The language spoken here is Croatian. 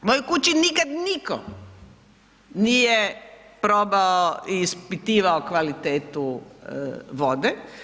U mojoj kući nikad nitko nije probao i ispitivao kvalitetu vode.